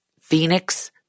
Phoenix